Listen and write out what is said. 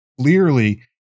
Clearly